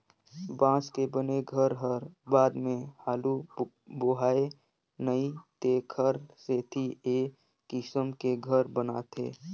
बांस के बने घर हर बाद मे हालू बोहाय नई तेखर सेथी ए किसम के घर बनाथे